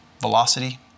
velocity